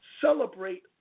celebrate